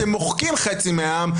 אתם מוחקים חצי מהעם.